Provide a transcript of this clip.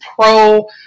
pro